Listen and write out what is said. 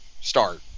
start